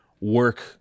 work